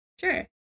Sure